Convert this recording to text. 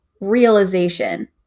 realization